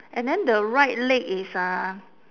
and then the right leg is uh